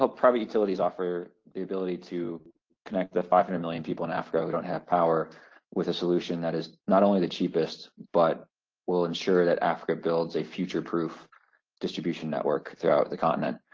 ah private utilities offer the ability to connect the five hundred and million people in africa who don't have power with a solution that is not only the cheapest but will ensure that africa builds a future-proof distribution network throughout the continent.